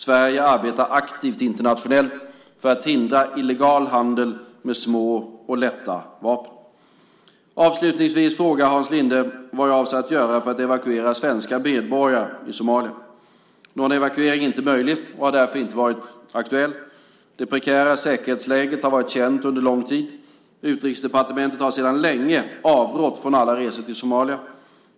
Sverige arbetar aktivt internationellt för att hindra illegal handel med små och lätta vapen. Avslutningsvis frågar Hans Linde vad jag avser att göra för att evakuera svenska medborgare i Somalia. Någon evakuering är inte möjlig och har därför inte varit aktuell. Det prekära säkerhetsläget har varit känt under lång tid. Utrikesdepartementet har sedan länge avrått från alla resor till Somalia.